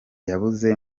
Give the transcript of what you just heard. yabuze